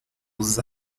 luzes